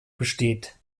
besteht